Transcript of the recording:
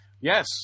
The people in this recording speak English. yes